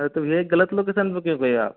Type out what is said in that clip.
हाँ तो भैया ये गलत लोकेशन पे क्यों गए आप